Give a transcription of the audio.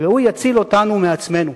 והוא יציל אותנו מעצמנו,